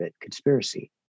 conspiracy